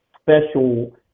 special